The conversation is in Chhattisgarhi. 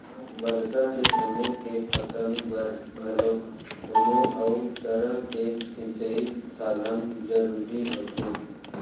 बरसा के समे के फसल बर घलोक कोनो अउ तरह के सिंचई साधन जरूरी होथे